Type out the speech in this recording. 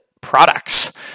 products